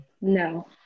No